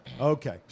okay